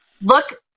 look